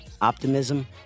optimism